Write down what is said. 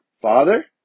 Father